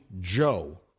Joe